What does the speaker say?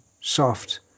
soft